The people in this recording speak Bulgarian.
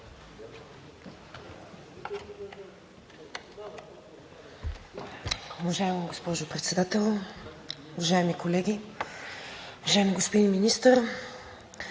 Уважаема госпожо Председател, уважаеми колеги! Уважаеми господин Министър,